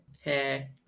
Hey